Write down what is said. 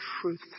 truth